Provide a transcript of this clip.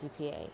GPA